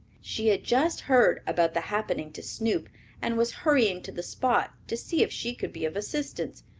she had just heard about the happening to snoop and was hurrying to the spot to see if she could be of assistance.